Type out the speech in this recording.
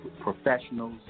professionals